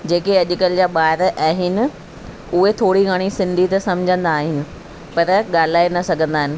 जेके अॼुकल्ह जा ॿार आहिनि उहे थोरी घणी सिंधी त समुझंदा आहिनि पर ॻाल्हाए न सघंदा आहिनि